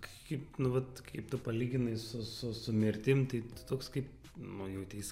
kaip nu vat kaip tu palyginai su su su mirtim tai toks kaip nu jauteis